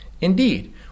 Indeed